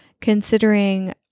considering